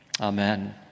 Amen